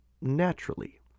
naturally